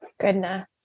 Goodness